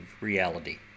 reality